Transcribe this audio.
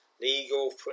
legal